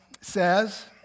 says